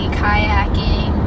kayaking